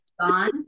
gone